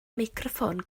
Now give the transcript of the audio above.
meicroffon